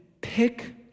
pick